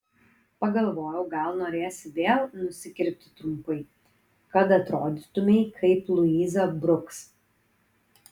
pagalvojau gal norėsi vėl nusikirpti trumpai kad atrodytumei kaip luiza bruks